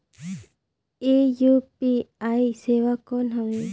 ये यू.पी.आई सेवा कौन हवे?